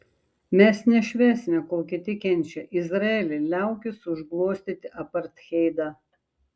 mes nešvęsime kol kiti kenčia izraeli liaukis užglostyti apartheidą